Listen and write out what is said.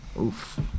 Oof